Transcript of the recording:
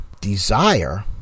desire